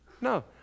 No